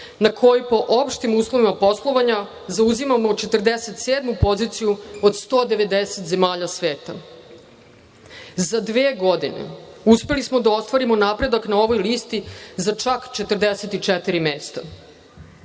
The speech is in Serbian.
na kojoj, po opštim uslovima poslovanja, zauzimamo 47. poziciju od 190 zemalja sveta. Za dve godine uspeli smo da ostvarimo napredak na ovoj listi za čak 44